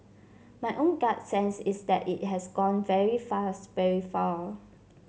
my own gut sense is that it has gone very fast very far